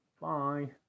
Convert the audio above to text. Bye